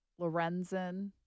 Lorenzen